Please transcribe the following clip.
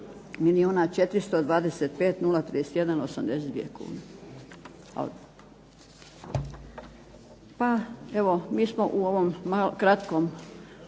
425 031 82 kune. Pa evo mi smo u ovom kratkom